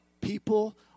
People